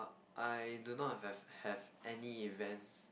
I do not have have any events